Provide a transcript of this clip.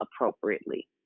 appropriately